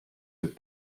with